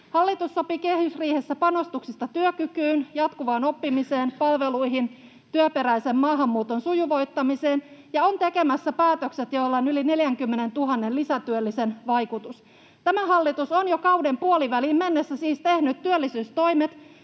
Hallitus sopi kehysriihessä panostuksista työkykyyn, jatkuvaan oppimiseen, palveluihin ja työperäisen maahanmuuton sujuvoittamiseen ja on tekemässä päätökset, joilla on yli 40 000 lisätyöllisen vaikutus. Tämä hallitus on siis jo kauden puoliväliin mennessä tehnyt työllisyystoimet,